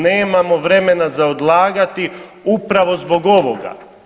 Nemamo vremena za odlagati upravo zbog ovoga.